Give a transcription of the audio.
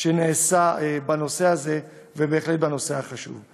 שנעשה בנושא הזה, בהחלט נושא חשוב.